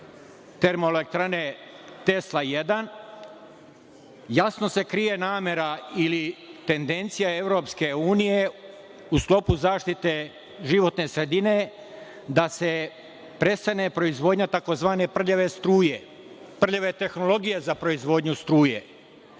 Termoelektrane „Tesla jedan“.Jasno se krije namera ili tendencija Evropske unije, u sklopu zaštite životne sredine, da se prestane proizvodnja takozvane prljave struje, prljave tehnologije za proizvodnju struje.